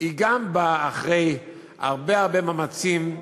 באה אחרי הרבה הרבה מאמצים,